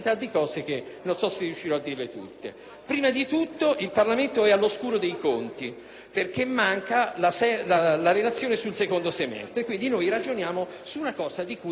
Prima di tutto, il Parlamento è all'oscuro dei conti, perché manca la relazione sul secondo semestre; quindi noi ragioniamo su una cosa di cui non sappiamo niente.